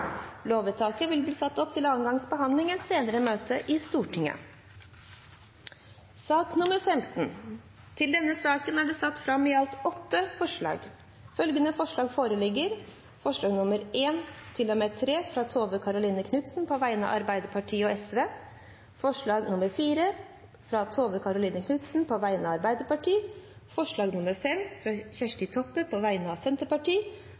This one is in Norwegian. Lovvedtaket vil bli ført opp til andre gangs behandling i et senere møte i Stortinget. Under debatten er det satt fram i alt åtte forslag. Det er forslagene nr. 1–3, fra Tove Karoline Knutsen på vegne av Arbeiderpartiet og Sosialistisk Venstreparti forslag nr. 4, fra Tove Karoline Knutsen på vegne av Arbeiderpartiet forslag nr. 5, fra Kjersti Toppe på vegne av Senterpartiet